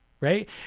Right